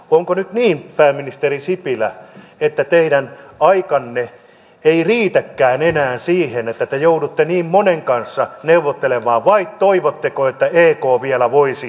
onko nyt niin pääministeri sipilä että teidän aikanne ei riitäkään enää siihen että te joudutte niin monen kanssa neuvottelemaan vai toivotteko että ek vielä voisi päätöksensä pyörtää